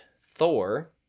thor